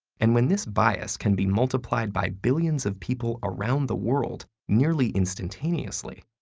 and when this bias can be multiplied by billions of people around the world, nearly instantaneously,